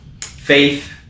Faith